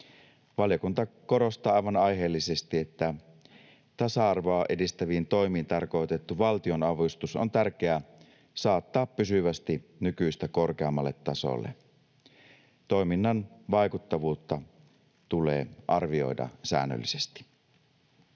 Valiokunta korostaa aivan aiheellisesti, että tasa-arvoa edistäviin toimiin tarkoitettu valtionavustus on tärkeää saattaa pysyvästi nykyistä korkeammalle tasolle. Toiminnan vaikuttavuutta tulee arvioida säännöllisesti.